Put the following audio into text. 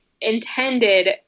intended